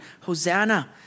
Hosanna